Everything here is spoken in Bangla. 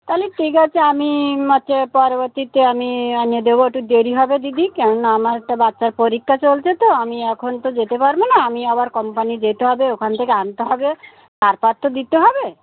তাহলে ঠিক আছে আমি পরবর্তীতে আমি আন দেবো একটু দেরি হবে দিদি কেননা আমার একটা বাচ্চার পরীক্ষা চলছে তো আমি এখন তো যেতে পারবো না আমি আবার কোম্পানি যেতে হবে ওখান থেকে আনতে হবে তারপর তো দিতে হবে